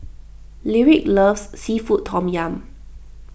Lyric loves Seafood Tom Yum